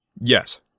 Yes